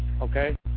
okay